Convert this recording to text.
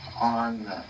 on